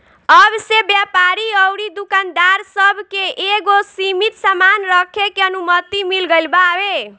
अब से व्यापारी अउरी दुकानदार सब के एगो सीमित सामान रखे के अनुमति मिल गईल बावे